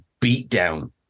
beatdown